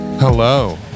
Hello